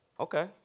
Okay